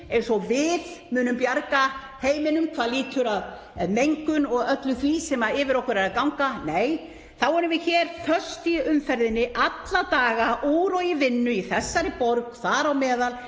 eins og við munum bjarga heiminum þegar kemur að mengun og öllu því sem yfir okkur er að ganga — nei, þá erum við föst í umferðinni alla daga úr og í vinnu í þessari borg, þar á meðal